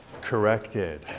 corrected